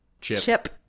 Chip